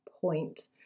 point